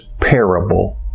parable